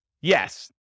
Yes